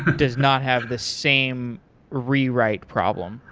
does not have the same rewrite problem.